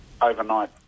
overnight